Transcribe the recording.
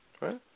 right